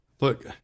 Look